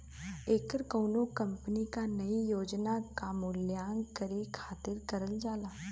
ऐकर कउनो कंपनी क नई परियोजना क मूल्यांकन करे खातिर करल जाला